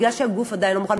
בגלל שהגוף עדיין לא מוכן,